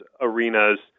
arenas